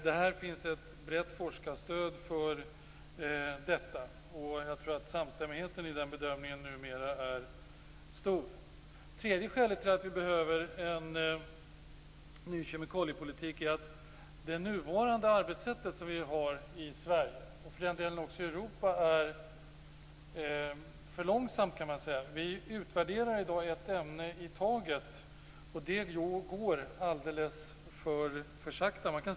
Det finns ett brett forskarstöd för detta, och jag tror att samstämmigheten i den bedömningen numera är stor. Det tredje skälet till att vi behöver en ny kemikaliepolitik är att det nuvarande arbetssättet i Sverige, och för den delen också i Europa, är för långsamt. Vi utvärderar i dag ett ämne i taget, och det går alldeles för sakta.